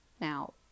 Now